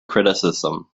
criticism